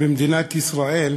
במדינת ישראל,